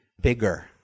bigger